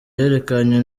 yerekanye